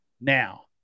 Now